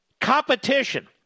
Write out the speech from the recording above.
competition